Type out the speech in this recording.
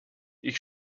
ich